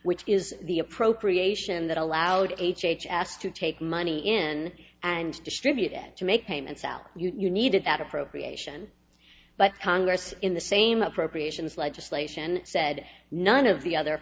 which is the appropriation that allowed h h s to take money in and distribute it to make payments out you needed that appropriation but congress in the same appropriations legislation said none of the other